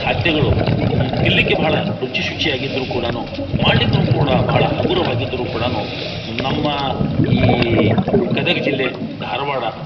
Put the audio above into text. ಖಾದ್ಯಗಳು ತಿನ್ನಲ್ಲಿಕ್ಕೆ ಭಾಳ ರುಚಿ ಶುಚಿಯಾಗಿದ್ದರೂ ಕೂಡ ಮಾಡ್ಲಿಕ್ನು ಕೂಡ ಭಾಳ ಹಗುರವಾಗಿದ್ದರೂ ಕೂಡ ನಮ್ಮ ಈ ಗದಗ್ ಜಿಲ್ಲೆ ಧಾರ್ವಾಡ